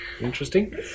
Interesting